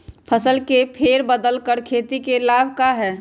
फसल के फेर बदल कर खेती के लाभ है का?